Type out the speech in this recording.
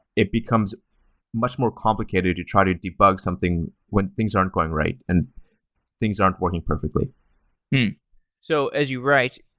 it becomes much more complicated to try to debug something when things aren't going right and things aren't working perfectly as so as you write,